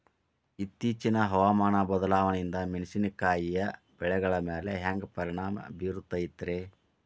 ಇತ್ತೇಚಿನ ಹವಾಮಾನ ಬದಲಾವಣೆಯಿಂದ ಮೆಣಸಿನಕಾಯಿಯ ಬೆಳೆಗಳ ಮ್ಯಾಲೆ ಹ್ಯಾಂಗ ಪರಿಣಾಮ ಬೇರುತ್ತೈತರೇ?